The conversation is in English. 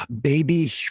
baby